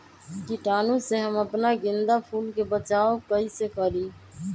कीटाणु से हम अपना गेंदा फूल के बचाओ कई से करी?